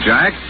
Jack